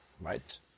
right